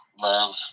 love